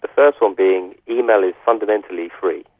the first one being email is fundamentally free.